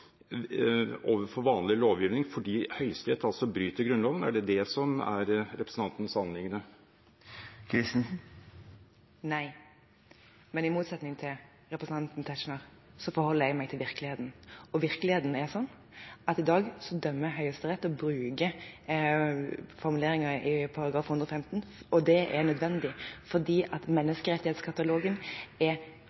overfor vanlig lovgivning, er at Høyesterett altså bryter Grunnloven? Er det det som er representantens anliggende? Nei. Men i motsetning til representanten Tetzschner forholder jeg meg til virkeligheten, og virkeligheten er altså at Høyesterett når de i dag dømmer, bruker formuleringer i ny § 115, og det er nødvendig, fordi menneskerettighetskatalogen er formulert slik at